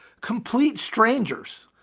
complete strangers,